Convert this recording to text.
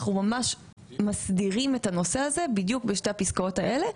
אנחנו ממש מסדירים את הנושא הזה בדיוק בשתי הפסקאות הללו,